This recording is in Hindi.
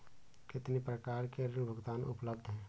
कितनी प्रकार के ऋण भुगतान उपलब्ध हैं?